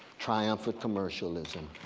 triumphant commercialism,